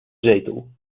zetel